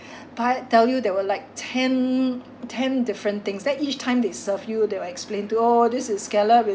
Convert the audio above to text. but I tell you there were like ten ten different things then each time they serve you they will explain too oh this is scallop with